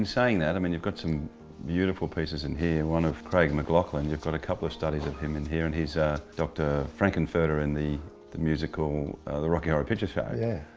um saying that i mean you've got some beautiful pieces in here. one of craig mcglocklan, you've got a couple of studies of him in here, and he's doctor frank-n-furter in the the musical the rocky horror picture show. yeah.